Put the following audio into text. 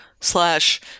Slash